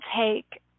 take